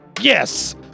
Yes